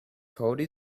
code